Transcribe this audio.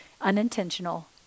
unintentional